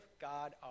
God